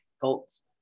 Colts